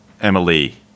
Emily